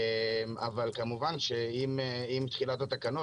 אבל כמובן עם תחילת התקנות,